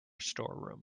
storeroom